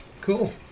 Cool